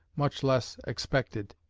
much less expected.